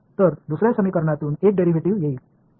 तर दुसर्या समीकरणातून एक डेरिव्हेटिव्ह येईल